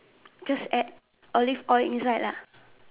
just add Olive oil inside lah